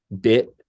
bit